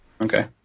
Okay